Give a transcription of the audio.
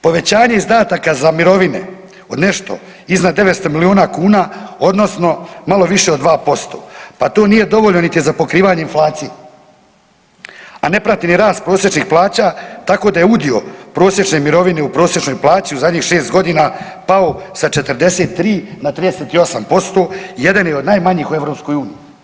Povećanje izdataka za mirovine od nešto iznad 900 milijuna kuna odnosno malo više od 2%, pa to nije dovoljno niti za pokrivanje inflacije, a ne prati ni rast prosječnih plaća tako da je u dio prosječne mirovine u prosječnoj plaći u zadnjih šest godina pao sa 43 na 38% i jedan je od najmanjih u EU.